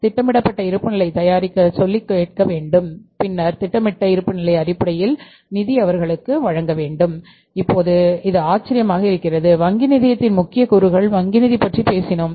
திட்டமிடப்பட்ட இருப்புநிலை தயாரிக்க சொல்லிக் கேட்க வேண்டும் பின்னர் திட்டமிடப்பட்ட இருப்புநிலை அடிப்படையில் நிதி அவர்களுக்கு அனுமதிக்கப்பட வேண்டும் இப்போது இது ஆச்சரியமாக இருக்கிறது வங்கி நிதியத்தின் முக்கிய கூறுகள் வங்கி நிதி பற்றி பேசினோம்